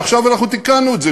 ועכשיו אנחנו תיקנו את זה,